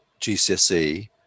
GCSE